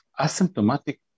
asymptomatic